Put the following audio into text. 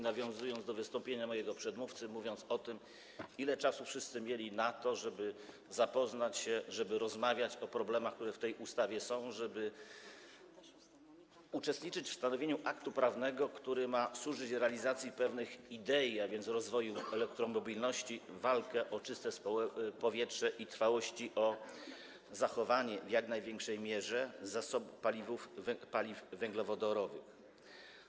Nawiązuję tu do wystąpienia mojego przedmówcy mówiącego o tym, ile czasu wszyscy mieli na to, żeby zapoznać się z tym, żeby rozmawiać o problemach, które w tej ustawie są, żeby uczestniczyć w stanowieniu aktu prawnego, który ma służyć realizacji pewnych idei, a więc rozwojowi elektromobilności, walce o czyste powietrze i o trwałość, o zachowanie w jak największej mierze zasobów paliw węglowodorowych.